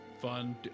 fun